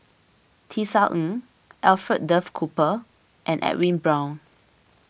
Tisa Ng Alfred Duff Cooper and Edwin Brown